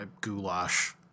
goulash